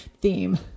theme